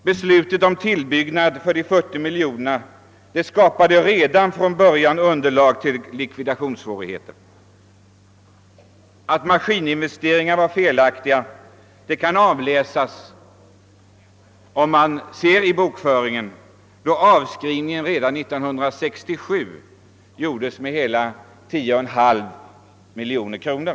Beslutet om en tillbyggnad för 40 miljoner kronor skapade redan från början likviditetsproblem. Att maskininvesteringarna var felaktiga kan avläsas ur bokföringen; redan 1967 gjorde man en avskrivning på 10,5 miljoner kronor.